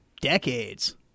decades